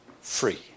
free